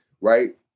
right